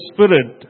Spirit